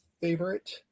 favorite